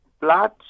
blood